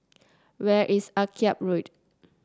where is Akyab Road